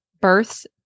births